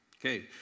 Okay